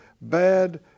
bad